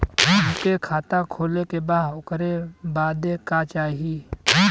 हमके खाता खोले के बा ओकरे बादे का चाही?